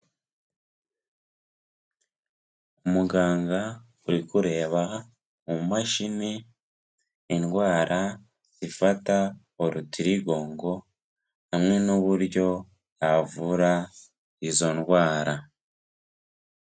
Umuganga urikureba mu mashini indwara ifata urutirigongo hamwe n'uburyo yavura izo ndwara.